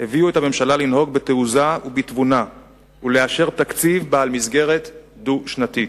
הביאו את הממשלה לנהוג בתעוזה ובתבונה ולאשר תקציב בעל מסגרת דו-שנתית.